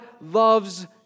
loves